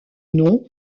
nom